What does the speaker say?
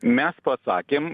mes pasakėm